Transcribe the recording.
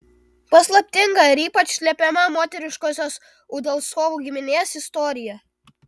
paslaptinga ir ypač slepiama moteriškosios udalcovų giminės istorija